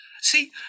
See